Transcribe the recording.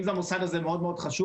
-- אם המוסד הזה מאוד מאוד חשוב,